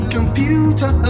Computer